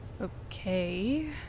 Okay